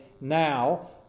now